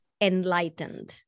enlightened